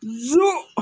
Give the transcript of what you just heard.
زٕ